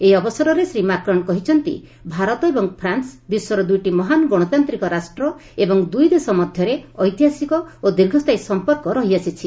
ଏହି ଅବସରରେ ଶ୍ରୀ ମାକ୍ରନ୍ କହିଛନ୍ତି ଭାରତ ଏବଂ ଫ୍ରାନ୍ସ ବିଶ୍ୱର ଦୁଇଟି ମହାନ୍ ଗଣତାନ୍ତ୍ରିକ ରାଷ୍ଟ୍ର ଏବଂ ଦୁଇ ଦେଶ ମଧ୍ୟରେ ଐତିହାସିକ ଏବଂ ଦୀର୍ଘସ୍ଥାୟୀ ସମ୍ପର୍କ ରହିଆସିଛି